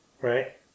Right